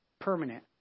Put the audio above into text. permanent